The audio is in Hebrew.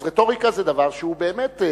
אז רטוריקה זה דבר שהוא באמת,